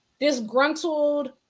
disgruntled